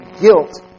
guilt